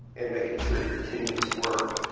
and making sure your kidneys work.